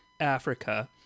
Africa